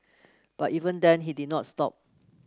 but even then he did not stop